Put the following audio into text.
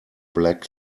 black